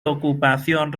ocupación